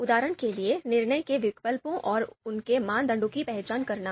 उदाहरण के लिए निर्णय के विकल्पों और उनके मानदंडों की पहचान करना